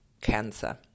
cancer